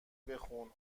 بخون